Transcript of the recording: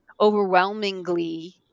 overwhelmingly